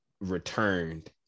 returned